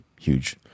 huge